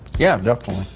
yeah definitely.